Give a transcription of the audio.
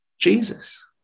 Jesus